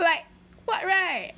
like what right